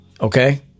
okay